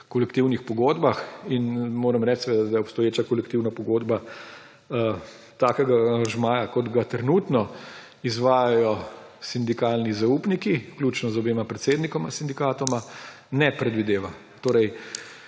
kolektivnih pogodbah. Moram reči, da obstoječa kolektivna pogodba takšnega aranžmaja, kot ga trenutno izvajajo sindikalni zaupniki, vključno z obema predsednikoma sindikatov, ne predvideva. Za